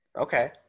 Okay